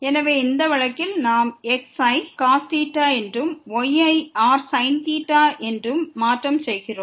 எனவே இந்த வழக்கில் நாம் x ஐ rcos theta என்றும் y ஐ rsin theta என்றும் மாற்றம் செய்கிறோம்